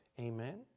Amen